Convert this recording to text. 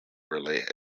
relate